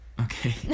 Okay